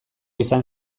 izan